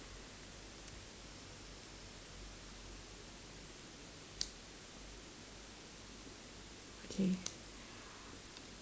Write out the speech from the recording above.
okay